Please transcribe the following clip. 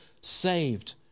saved